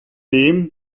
dem